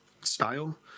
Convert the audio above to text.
style